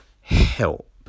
help